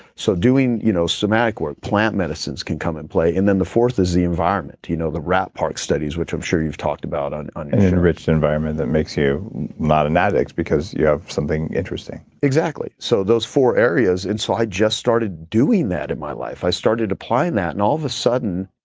so, doing you know somatic work, plant medicines can come and play. and then the fourth is the environment, you know the rat park studies which i'm sure you've talked about on your show an enriched environment that makes you not an addict because you have something interesting exactly. so, those four areas. and so, i just started doing that in my life. i started applying that and all of a sudden,